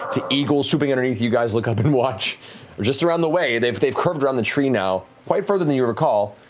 the eagle swooping underneath you guys looking up and watch, but just around the way, they've they've curved around the tree now, quite further than you recall,